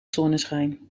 zonneschijn